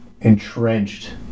entrenched